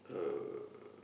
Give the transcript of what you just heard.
uh